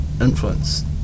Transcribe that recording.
influence